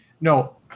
No